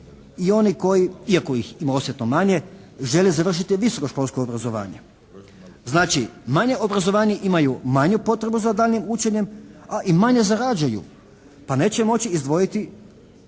i oni koji iako ih ima osjetno manje žele završiti visoko školsko obrazovanje. Znači, manje obrazovanje imaju manju potrebu za daljnjim učenjem a i manje zarađuju pa neće moći izdvojiti